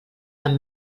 amb